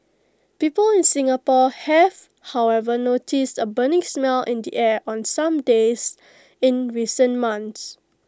people in Singapore have however noticed A burning smell in the air on some days in recent months